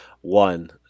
one